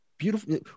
Beautiful